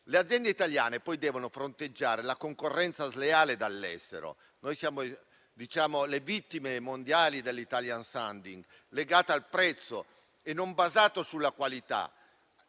Le aziende italiane devono poi fronteggiare la concorrenza sleale dall'estero. Noi siamo le vittime mondiali dell'*italian sounding*, legato al prezzo e non basato sulla qualità.